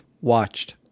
Watched